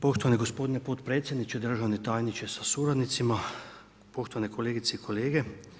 Poštovani gospodine potpredsjedniče, državni tajniče sa suradnicima, poštovane kolegice i kolege.